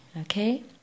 okay